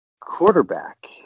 quarterback